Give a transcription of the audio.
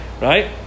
right